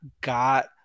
got